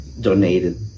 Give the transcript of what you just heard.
donated